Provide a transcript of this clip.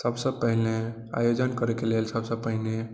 सबसँ पहिने आयोजन करैके लेल सबसँ पहिने